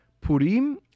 Purim